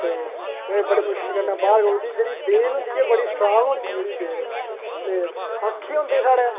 ते उ'नें बड़ी मुश्कल कन्नै ओह्दी जेह्ड़ी बेल होंदी ऐ बड़ी स्टरांग होंदी ऐ जेह्ड़ी बेल ते आक्खे होंदे साढ़ै